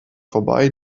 vorbei